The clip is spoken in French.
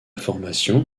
formation